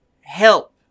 help